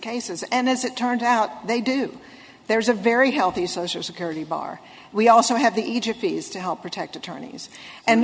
cases and as it turned out they do there's a very healthy social security bar we also have the egypt is to help protect attorneys and